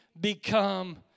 become